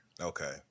Okay